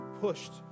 pushed